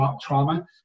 trauma